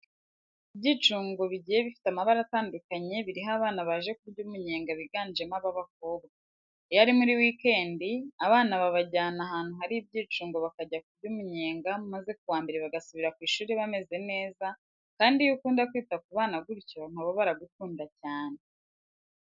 Ibyicungo bigiye bifite amabara atandukanye biriho abana baje kurya umunyenga biganjemo ab'abakobwa. Iyo ari muri weekend abana babajyana ahantu hari ibyicungo bakajya kurya umunyenga maze ku wa Mbere bagasubira ku ishuri bameze neza kandi iyo ukunda kwita ku bana gutyo na bo baragukunda cyane.